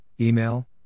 email